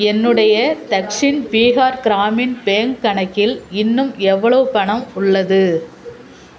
என்னுடைய தக்ஷின் பீகார் கிராமின் பேங்க் கணக்கில் இன்னும் எவ்வளவு பணம் உள்ளது